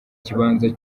kibanza